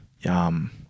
Yum